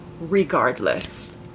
regardless